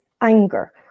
anger